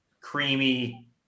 creamy